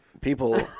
people